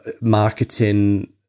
marketing